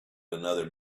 another